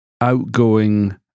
outgoing